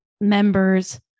members